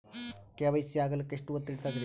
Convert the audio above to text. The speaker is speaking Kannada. ಕೆ.ವೈ.ಸಿ ಆಗಲಕ್ಕ ಎಷ್ಟ ಹೊತ್ತ ಹಿಡತದ್ರಿ?